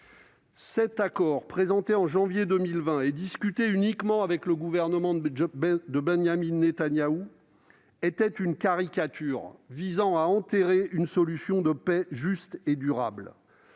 Cet accord, présenté en janvier 2020 et discuté uniquement avec le gouvernement de Benyamin Netanyahu, était une caricature, visant à enterrer une solution de paix juste et durable.